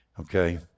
okay